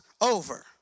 over